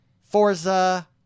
Forza